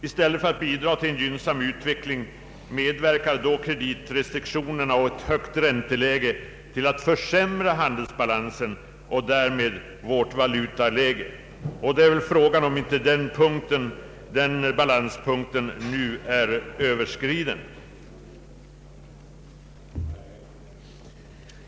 I stället för att bidraga till en gynnsam utveckling medverkar då kreditrestriktionerna och ett högt ränteläge till att försämra vår handelsbalans och därmed vårt valutaläge. Det är väl frågan om inte den balanspunkten nu är överskriden.